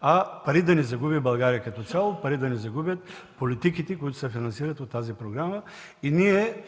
а пари да не загуби България като цяло, пари да не загубят политиките, които се финансират от тази програма.